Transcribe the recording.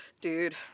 dude